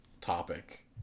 topic